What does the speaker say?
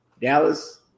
Dallas